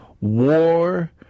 war